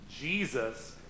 Jesus